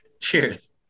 Cheers